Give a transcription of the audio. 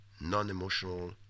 non-emotional